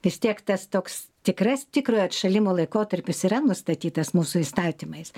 vis tiek tas toks tikras tikrojo atšalimo laikotarpis yra nustatytas mūsų įstatymais